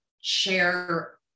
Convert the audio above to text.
share